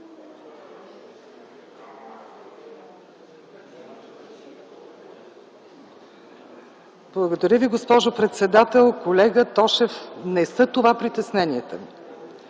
Благодаря, госпожо председател. Колега Тошев, не това са притесненията ми.